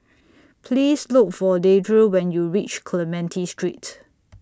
Please Look For Deidre when YOU REACH Clementi Street